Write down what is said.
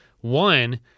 one